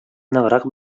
ныграк